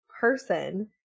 person